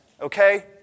okay